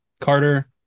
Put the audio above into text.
Carter